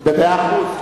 זה נכון,